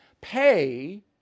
pay